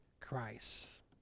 Christ